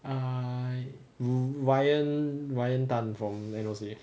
um ryan ryan tan from N_O_C